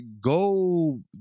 go